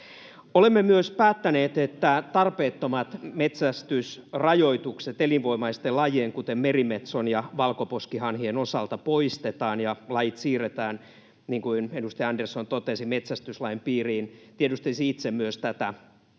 Olemme myös päättäneet, että tarpeettomat metsästysrajoitukset elinvoimaisten lajien, kuten merimetsojen ja valkoposkihanhien, osalta poistetaan ja lajit siirretään, niin kuin edustaja Andersson totesi, metsästyslain piiriin. Myös itse tiedustelisin tätä